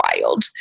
wild